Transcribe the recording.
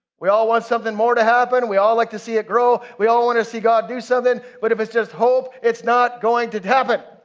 we all want something more to happen. we all like to see it grow. we all wanna see god do something. but if it's just hope, it's not going to to happen